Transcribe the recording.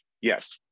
yes